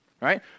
right